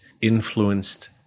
influenced